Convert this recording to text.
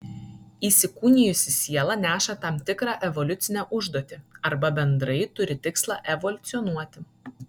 įsikūnijusi siela neša tam tikrą evoliucinę užduotį arba bendrai turi tikslą evoliucionuoti